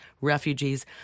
refugees